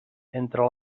entre